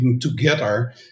together